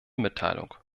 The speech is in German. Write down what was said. mitteilung